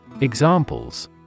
EXAMPLES